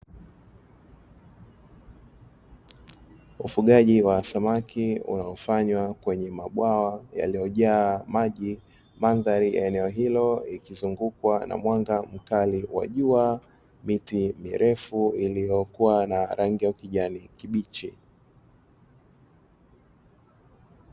Ufugaji wa samaki unaofanywa kwenye mabwawa yaliyojaa maji, mandhari ya eneo hilo ikizungukwa na mwanga mkali wa jua miti mirefu iliyokuwa na rangi ya kijani kibichi.